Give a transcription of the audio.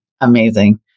Amazing